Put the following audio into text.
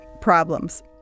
problems